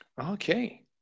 Okay